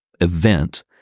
event